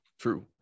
true